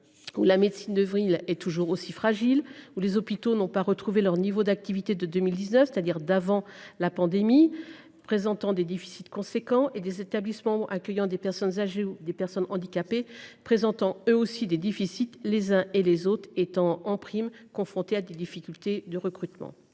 la médecine de ville est toujours aussi fragile, où les hôpitaux n’ont pas retrouvé leur niveau d’activité de 2019, c’est à dire d’avant la pandémie : ils présentent des déficits importants et les établissements accueillant des personnes âgées ou des personnes handicapées présentent eux aussi des déficits, les uns et les autres étant confrontés de surcroît à des difficultés de recrutement.